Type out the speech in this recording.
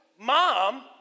mom